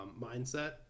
mindset